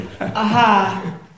Aha